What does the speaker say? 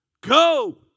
Go